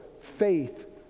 faith